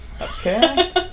Okay